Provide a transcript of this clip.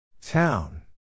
Town